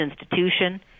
institution